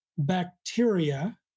bacteria